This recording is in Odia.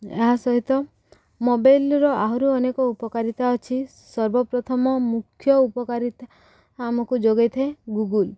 ଏହା ସହିତ ମୋବାଇଲ୍ର ଆହୁରି ଅନେକ ଉପକାରିତା ଅଛି ସର୍ବପ୍ରଥମ ମୁଖ୍ୟ ଉପକାରିତା ଆମକୁ ଯୋଗେଇଥାଏ ଗୁଗୁଲ୍